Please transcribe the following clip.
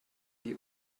die